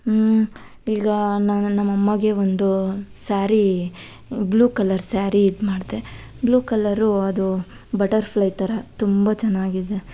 ಈಗ ನಾನು ನಮ್ಮ ಅಮ್ಮಾಗೆ ಒಂದು ಸ್ಯಾರಿ ಬ್ಲೂ ಕಲರ್ ಸ್ಯಾರಿ ಇದು ಮಾಡಿದೆ ಬ್ಲೂ ಕಲರು ಅದು ಬಟರ್ಫ್ಲೈ ಥರ ತುಂಬ ಚೆನ್ನಾಗಿದೆ